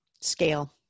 Scale